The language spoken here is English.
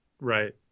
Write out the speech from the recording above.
Right